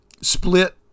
split